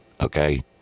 Okay